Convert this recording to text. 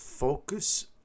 Focus